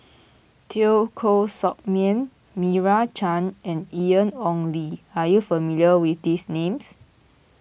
Teo Koh Sock Miang Meira Chand and Ian Ong Li are you familiar with these names